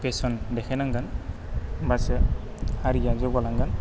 fashion देखायनांगोन होमबासो हारिया जौगालांगोन